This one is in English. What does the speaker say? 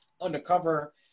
Undercover